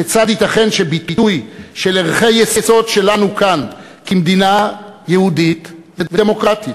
כיצד ייתכן שביטוי של ערכי-יסוד שלנו כאן כמדינה יהודית ודמוקרטית,